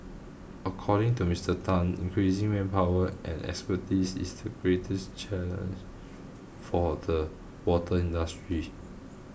according to Mister Tan increasing manpower and expertise is the greatest challenge for the water industry